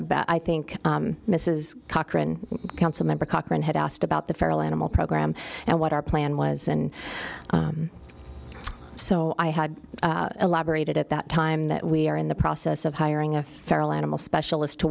about i think mrs cochran council member cochran had asked about the feral animal program and what our plan was and so i had elaborated at that time that we are in the process of hiring a feral animal specialist to